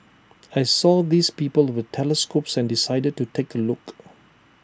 I saw these people with the telescopes and decided to take A look